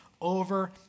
over